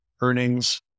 earnings